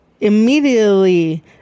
immediately